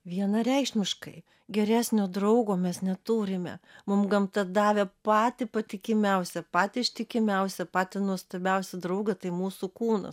vienareikšmiškai geresnio draugo mes neturime mum gamta davė patį patikimiausią patį ištikimiausią patį nuostabiausią draugą tai mūsų kūnas